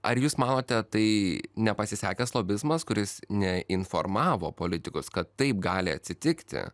ar jūs manote tai nepasisekęs lobizmas kuris neinformavo politikus kad taip gali atsitikti